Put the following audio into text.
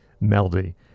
melody